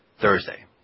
Thursday